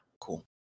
Cool